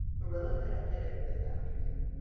marilla had a headache this afternoon,